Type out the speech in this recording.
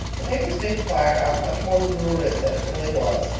the papers made the fire out much more lurid than it really was.